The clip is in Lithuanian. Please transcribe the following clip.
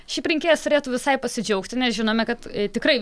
šiaip rinkėjas turėtų visai pasidžiaugti nes žinome kad tikrai